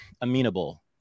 amenable